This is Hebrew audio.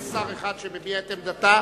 יש שר אחד שמביע את עמדתה,